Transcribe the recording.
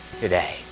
today